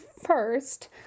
first